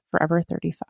forever35